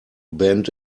bend